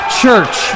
church